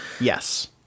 Yes